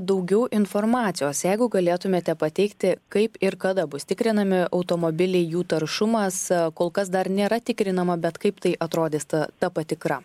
daugiau informacijos jeigu galėtumėte pateikti kaip ir kada bus tikrinami automobiliai jų taršumas kol kas dar nėra tikrinama bet kaip tai atrodys ta ta patikra